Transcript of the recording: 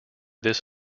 this